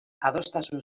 adostasun